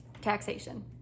taxation